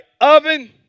oven